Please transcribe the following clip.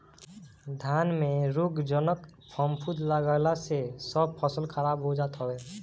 धान में रोगजनक फफूंद लागला से सब फसल खराब हो जात हवे